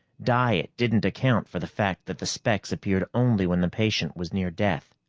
diet didn't account for the fact that the specks appeared only when the patient was near death.